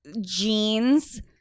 jeans